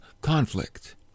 conflict